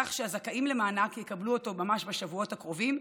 כך שהזכאים למענק יקבלו אותו ממש בשבועות הקרובים,